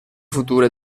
future